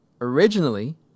Originally